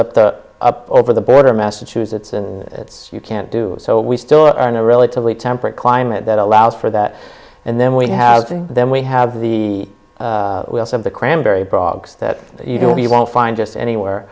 up the up over the border massachusetts and that's you can't do so we still are in a relatively temperate climate that allows for that and then we have then we have the will of the cranberry bog that you know you won't find just anywhere